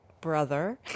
brother